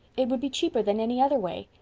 it would be cheaper than any other way.